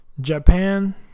Japan